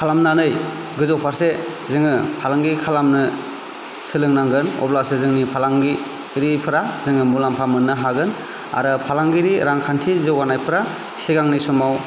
खालामनानै गोजौ फारसे जोङो फालांगि खालामनो सोलोंनागोन अब्लासो जोंनि फालांगिफोरा जोङो मुलाम्फा मोननो हागोन आरो फालांगिरि रांखान्थि जौगानायफोरा सिगांनि समाव